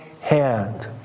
hand